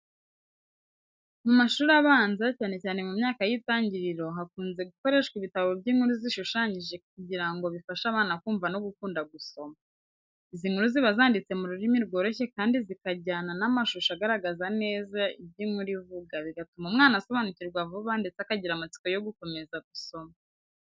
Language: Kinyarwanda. Mu mashuri abanza, cyane cyane mu myaka y’itangiriro, hakunze gukoreshwa ibitabo by’inkuru zishushanyije kugira ngo bifashe abana kumva no gukunda gusoma. Izi nkuru ziba zanditse mu rurimi rworoshye kandi zikajyana n’amashusho agaragaza neza ibyo inkuru ivuga, bigatuma umwana asobanukirwa vuba ndetse akagira amatsiko yo gukomeza gusoma.